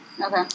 Okay